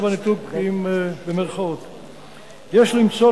יש למצוא,